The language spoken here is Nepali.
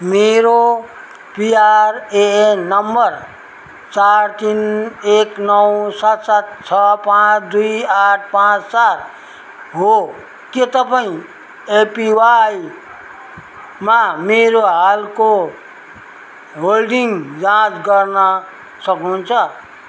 मेरो पिआरएएन नम्बर चार तिन एक नौ सात सात छ पाँच दुई आठ पाँच चार हो के तपाईँँ एपिवाईमा मेरो हालको होल्डिङ जाँच गर्न सक्नु हुन्छ